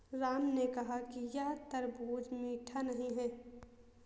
राम ने कहा कि यह तरबूज़ मीठा नहीं है